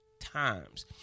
times